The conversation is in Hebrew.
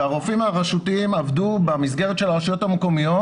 הרופאים הרשותיים עבדו במסגרת של הרשויות המקומיות,